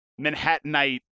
Manhattanite